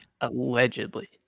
allegedly